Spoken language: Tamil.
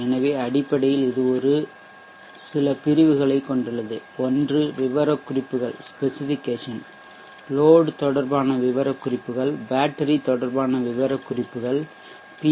எனவே அடிப்படையில் இது சில பிரிவுகளைக் கொண்டுள்ளது ஒன்று விவரக்குறிப்புகள் ஸ்பெசிஃபிகேசன் லோட் தொடர்பான விவரக்குறிப்புகள் பேட்டரி தொடர்பான விவரக்குறிப்புகள் பி